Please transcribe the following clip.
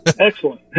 Excellent